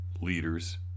leaders